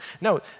No